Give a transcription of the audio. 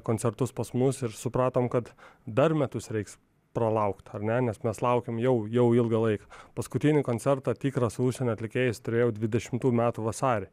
koncertus pas mus ir supratom kad dar metus reiks pralaukt ar ne nes mes laukėm jau jau ilgą laiką paskutinį koncertą tikrą su užsienio atlikėjais turėjau dvidešimtų metų vasarį